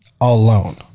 alone